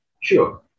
Sure